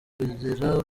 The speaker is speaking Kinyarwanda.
kugera